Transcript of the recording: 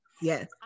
yes